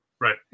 right